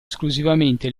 esclusivamente